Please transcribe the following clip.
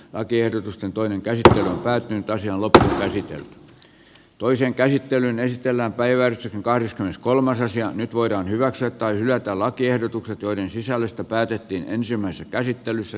lakiehdotusten toinen peli päättyi nolottaa ne sitten toisen käsittelyn ei tänä päivänä kahdeskymmeneskolmas asia nyt voidaan hyväksyä tai hylätä lakiehdotukset joiden sisällöstä päätettiin ensimmäisessä käsittelyssä